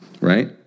right